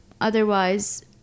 Otherwise